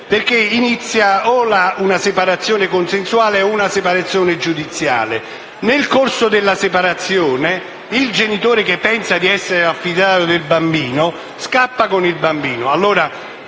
perché inizia una separazione consensuale o giudiziale e, nel corso della separazione, il genitore che pensa di essere affidatario del bambino scappa con lui.